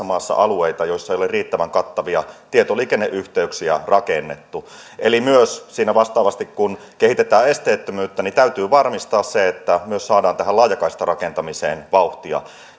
maassa alueita joissa ei ole riittävän kattavia tietoliikenneyhteyksiä rakennettu eli siinä vastaavasti kun kehitetään esteettömyyttä täytyy varmistaa se että saadaan myös tähän laajakaistarakentamiseen vauhtia